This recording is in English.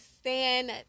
stand